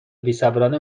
بیصبرانه